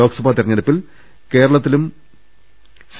ലോക്സഭാ തെര ഞ്ഞെടുപ്പിൽ കേരളത്തിലും സി